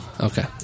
Okay